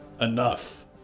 Enough